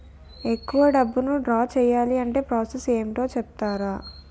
ఎక్కువ డబ్బును ద్రా చేయాలి అంటే ప్రాస సస్ ఏమిటో చెప్తారా?